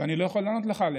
ואני לא יכול לענות לך עליה.